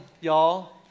y'all